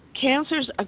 Cancers